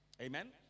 Amen